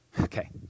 Okay